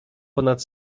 ponad